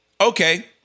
Okay